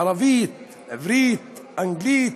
ערבית, עברית, אנגלית,